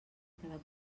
cada